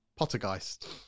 Pottergeist